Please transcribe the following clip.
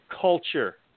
culture